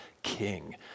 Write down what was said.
King